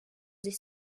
sich